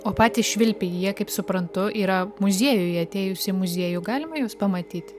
o patys švilpiai jie kaip suprantu yra muziejuje atėjus į muziejų galima juos pamatyt